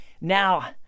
Now